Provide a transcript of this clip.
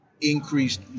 increased